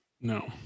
No